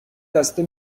دسته